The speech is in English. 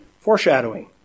foreshadowing